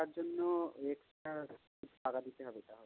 তার জন্য এক্সট্রা টাকা দিতে হবে তাহলে